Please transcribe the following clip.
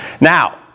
Now